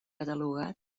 catalogat